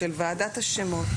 של ועדת השמות,